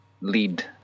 lead